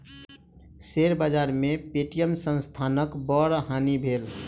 share बाजार में Paytm संस्थानक बड़ हानि भेल